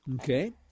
Okay